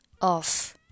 off